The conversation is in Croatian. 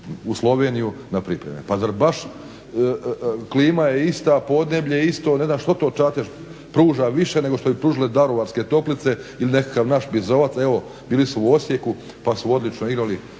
u Sloveniju na pripreme. Pa zar baš, klima je ista, podneblje isto, ne znam što to Čatež pruža više nego što bi pružile daruvarske toplice ili nekakav naš Bizovac. Evo bili su u Osijeku pa su odlično igrali,